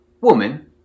Woman